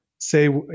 Say